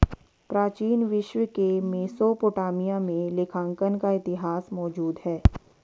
प्राचीन विश्व के मेसोपोटामिया में लेखांकन का इतिहास मौजूद है